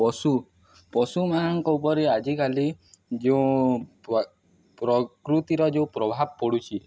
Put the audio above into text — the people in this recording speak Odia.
ପଶୁ ପଶୁମାନଙ୍କ ଉପରେ ଆଜିକାଲି ଯେଉଁ ପ ପ୍ରକୃତିର ଯେଉଁ ପ୍ରଭାବ ପଡ଼ୁଛି